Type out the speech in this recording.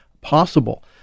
possible